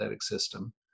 system